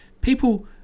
People